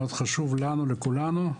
מאוד חשוב לנו, לכולנו.